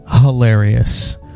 hilarious